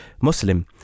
Muslim